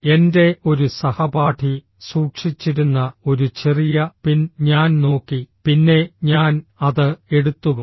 എൻ്റെ ഒരു സഹപാഠി സൂക്ഷിച്ചിരുന്ന ഒരു ചെറിയ പിൻ ഞാൻ നോക്കി പിന്നെ ഞാൻ അത് എടുത്തു